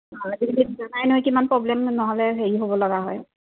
নহ'লে জানাই কিমান প্ৰব্লেম নহ'লে হেৰি হ'বলগীয়া হয়